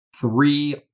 three